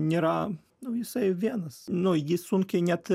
nėra nu jisai vienas nuo jį sunkiai net